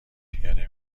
پیاده